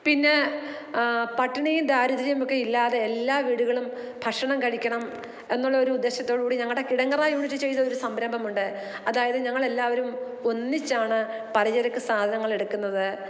പിന്നെ പട്ടിണി ദാരിദ്ര്യം ഒക്കെ ഇല്ലാതെ എല്ലാ വീടുകളും ഭക്ഷണം കഴിക്കണം എന്നുള്ളൊരുദ്ദേശത്തോടു കൂടി ഞങ്ങളുടെ കിടങ്ങറ യൂണിറ്റ് ചെയ്തൊരു സംരംഭമുണ്ട് അതായത് ഞങ്ങളെല്ലാവരും ഒന്നിച്ചാണ് പലചരക്ക് സാധനങ്ങളെടുക്കുന്നത്